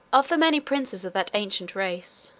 of the many princes of that ancient race.